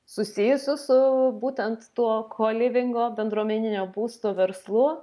susijusius su būtent tuo kolivingo bendruomeninio būsto verslu